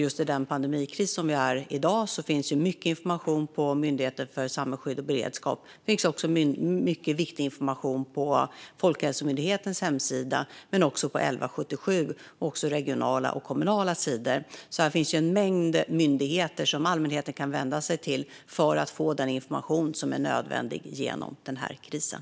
Just i den pandemikris som vi befinner oss i i dag finns mycket information hos Myndigheten för samhällsinformation och beredskap. Det finns också mycket viktig information på Folkhälsomyndighetens hemsida, på 1177 och på regionala och kommunala sidor. Det finns alltså en mängd myndigheter som allmänheten kan vända sig till för att få den information som är nödvändig genom krisen.